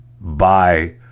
Bye